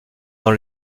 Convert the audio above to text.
dans